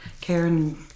Karen